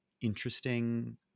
interesting